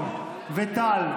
חברי הכנסת ביטון וטל,